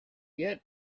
yet